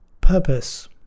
purpose